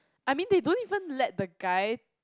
I mean they don't even let the guy